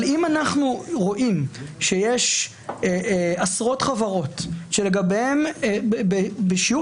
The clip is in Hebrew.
אבל אם אנחנו רואים שיש עשרות חברות שלגביהן בשיעור